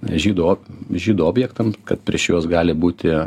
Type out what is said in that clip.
žydų ob žydų objektam kad prieš juos gali būti